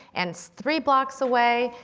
and three blocks away,